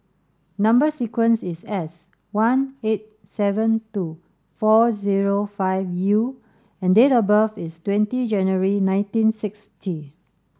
number sequence is S one eight seven two four zero five U and date of birth is twenty January nineteen sixty